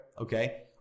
okay